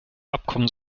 abkommen